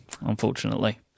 unfortunately